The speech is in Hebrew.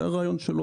זה היה הרעיון שלו.